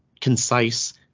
concise